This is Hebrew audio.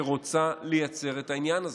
שרוצה לייצר את העניין הזה,